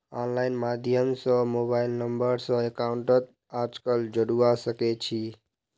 online माध्यम स mobile number स अकाउंटक आजकल जोडवा सके छी